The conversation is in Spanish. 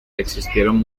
existieron